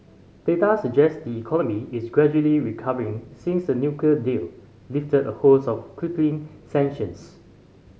data suggest the economy is gradually recovering since the nuclear deal lifted a host of crippling sanctions